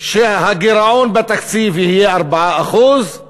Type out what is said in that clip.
שהגירעון בתקציב יהיה 4%;